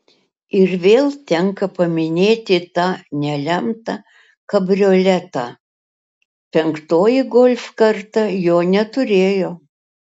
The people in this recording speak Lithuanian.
ir vėl tenka paminėti tą nelemtą kabrioletą penktoji golf karta jo neturėjo